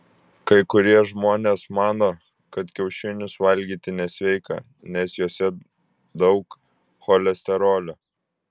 kai kurie žmonės mano kad kiaušinius valgyti nesveika nes juose daug cholesterolio